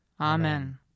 Amen